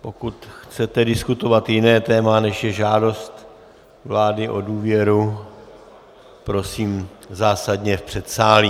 Pokud chcete diskutovat jiné téma, než je žádost vlády o důvěru, prosím, zásadně v předsálí.